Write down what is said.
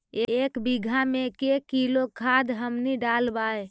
एक बीघा मे के किलोग्राम खाद हमनि डालबाय?